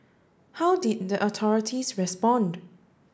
how did the authorities respond